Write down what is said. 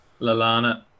Lalana